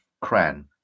Cran